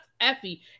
Effie